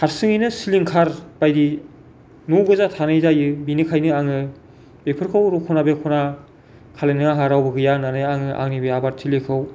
हारसिङैनो सिलिंखार बायदि न' गोजा थानाय जायो बेनिखायनो आङो बेफोरखौ रखना बेखना खालामनो आंहा रावबो गैया होननानै आं आंनि बे आबादथिलिखौ